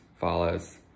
follows